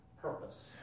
purpose